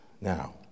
Now